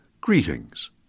greetings